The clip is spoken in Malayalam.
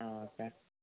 ആ ഓക്കേ